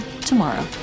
tomorrow